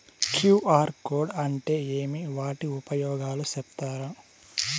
QR code అంటే ఏమి వాటి ఉపయోగాలు సెప్తారా?